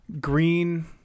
green